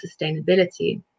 sustainability